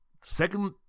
Second